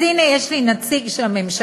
אז הנה, יש לי נציג של הממשלה,